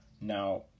Now